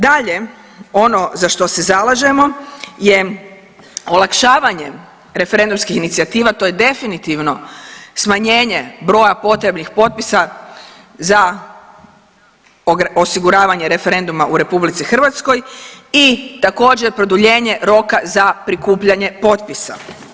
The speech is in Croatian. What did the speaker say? Dalje, ono za što se zalažemo je olakšavanje referendumskih inicijativa, to je definitivno smanjenje broja potrebnih potpisa za osiguravanje referenduma u RH i također, produljenje roka za prikupljanje potpisa.